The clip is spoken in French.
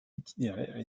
itinéraires